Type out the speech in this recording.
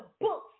books